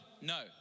No